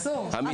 בחוק.